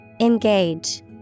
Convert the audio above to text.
Engage